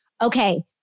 okay